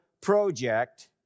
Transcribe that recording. project